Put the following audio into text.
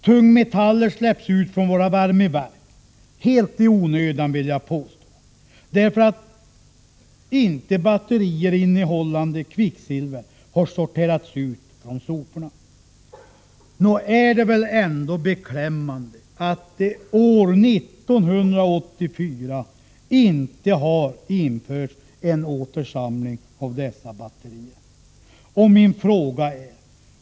Tungmetaller släpps ut från våra värmeverk, helt i onödan vill jag påstå, därför att batterier innehållande kvicksilver inte har sorterats ut från soporna. Nog är väl det ändå beklämmande att det år 1984 inte har införts en återsamling av dessa batterier!